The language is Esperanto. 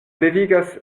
devigas